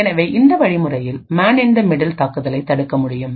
எனவே இந்த வழிமுறையில்மேன் இன் த மிடில் தாக்குதலை தடுக்க முடியும்